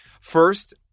First